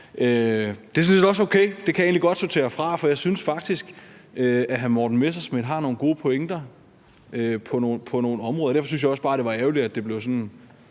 er sådan set også okay. Det kan jeg egentlig godt sortere fra, for jeg synes faktisk, at hr. Morten Messerschmidt har nogle gode pointer på nogle områder. Derfor synes jeg også bare, det var ærgerligt, at det blev sådan